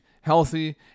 healthy